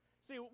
See